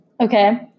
Okay